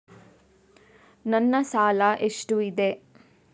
ನನ್ನ ಸಾಲ ಎಷ್ಟು ಇದೆ?